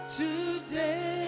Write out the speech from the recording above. today